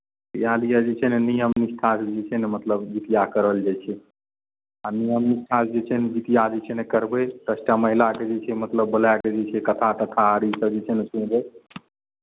इएह लिए जे छै ने नियम निष्ठासँ जे छै ने मतलब जितिया करल जाइ छै आ नियम निष्ठा जे छै ने जितिया जे छै ने करबै दस टा महिलाके जे छै मतलब बोलाए कऽ जे छै कथा तथा आर इसभ जे छै ने सुनबै